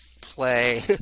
play